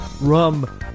rum